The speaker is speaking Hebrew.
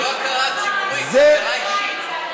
זו לא הכרה ציבורית, זו הכרה אישית.